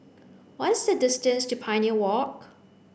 what is the distance to Pioneer Walk